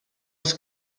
als